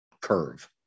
curve